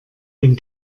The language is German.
den